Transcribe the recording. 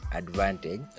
advantage